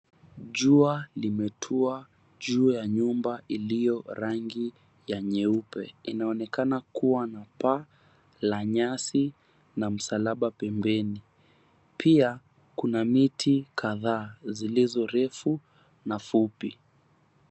Jua limetua juu ya nyumba iliyo rangi ya nyeupe. Inaonekana kuwa na paa la nyasi na msalaba pembeni. Pia kuna miti kadhaa zilizo refu na fupi.